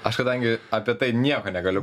aš kadangi apie tai nieko negaliu